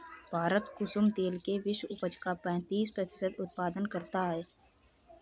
भारत कुसुम तेल के विश्व उपज का पैंतीस प्रतिशत उत्पादन करता है